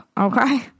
okay